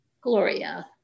Gloria